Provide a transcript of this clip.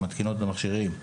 שמתקינות את המכשירים,